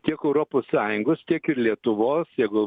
tiek europos sąjungos tiek ir lietuvos jeigu